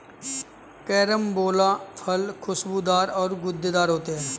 carambola फल खुशबूदार और गूदेदार होते है